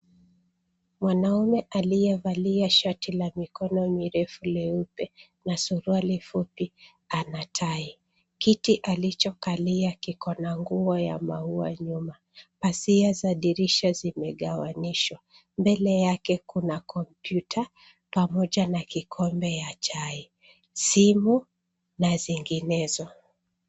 Mwanaume aliyevalia shati la mikono mirefu leupe na suruali fupi ana tai ,kiti alichokalia kiko na nguo ya maua nyuma, asia za dirisha zimegawanishwa mbele yake kuna kompyuta pamoja na kikombe ya chai ,simu na zinginezo.